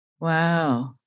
Wow